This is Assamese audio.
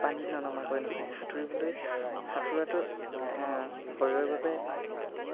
পানীত ননমাকৈ নহয় সাঁতুৰিবলৈ সাঁতোৰাটো শৰীৰৰ বাবে